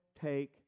take